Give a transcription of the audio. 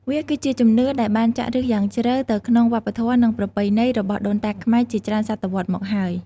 វាគឺជាជំនឿដែលបានចាក់ឫសយ៉ាងជ្រៅទៅក្នុងវប្បធម៌និងប្រពៃណីរបស់ដូនតាខ្មែរជាច្រើនសតវត្សមកហើយ។